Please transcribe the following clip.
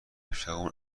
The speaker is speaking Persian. شبمون